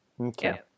Okay